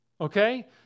okay